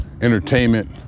entertainment